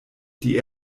die